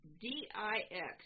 D-I-X